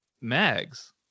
mags